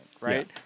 right